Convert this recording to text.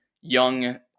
young